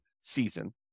season